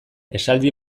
esaldi